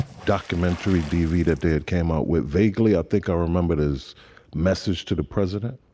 documentary devita did came out with vaguely, i think i remember his message to the president,